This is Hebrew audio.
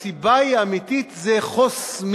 אלא הסיבה האמיתית היא חוסמים.